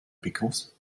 pickles